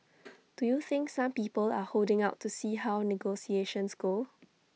do you think some people are holding out to see how negotiations go